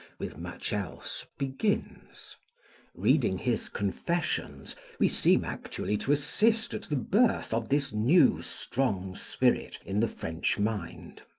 with much else, begins reading his confessions we seem actually to assist at the birth of this new, strong spirit in the french mind.